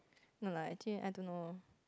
no lah actually I don't know